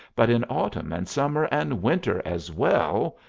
but in autumn and summer and winter as well,